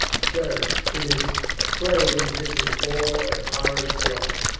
sirs, it is plain this is all a horrid plot.